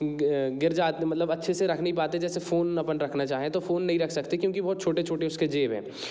गिर जाते हैं मतलब अच्छे से रख नहीं पाते जैसे फोन अपन रखना चाहे तो फोन नहीं रख सकते क्योंकि बहुत छोटे छोटे उसके जेब हैं